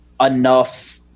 enough